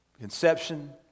conception